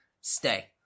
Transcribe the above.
Stay